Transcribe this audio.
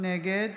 נגד